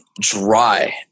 dry